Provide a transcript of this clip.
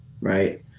right